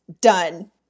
Done